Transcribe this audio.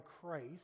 Christ